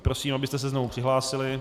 Prosím, abyste se znovu přihlásili.